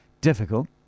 difficult